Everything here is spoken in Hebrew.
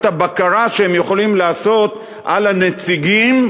הבקרה שהם יכולים לעשות על הנציגים